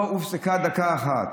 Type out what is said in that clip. לא הופסק דקה אחת.